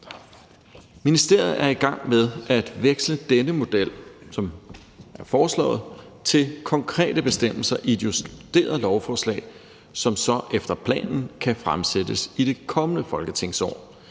Ministeriet er i gang med at veksle denne model, som er foreslået, til konkrete bestemmelser i et justeret lovforslag, som så efter planen kan fremsættes i det kommende folketingsår.